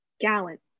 gallant